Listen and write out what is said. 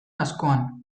askoan